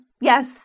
yes